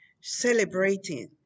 celebrating